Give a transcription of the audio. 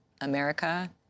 America